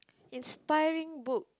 inspiring book